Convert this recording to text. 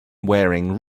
wearing